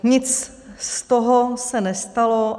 Nic z toho se nestalo.